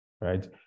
right